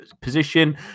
position